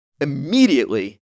immediately